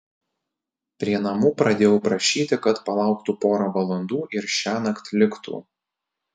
prie namų pradėjau prašyti kad palauktų porą valandų ir šiąnakt liktų